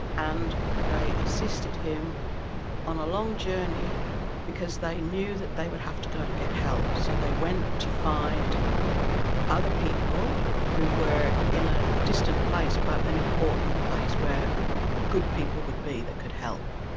and they assisted him on a long journey because they knew that they would have to go and get help. so they went to find other people who were in a distant place but an important place where good people would be that could help.